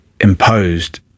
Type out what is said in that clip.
imposed